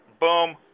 boom